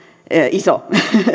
iso